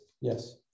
Yes